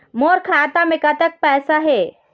मोर खाता मे कतक पैसा हे?